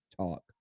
talk